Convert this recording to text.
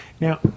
Now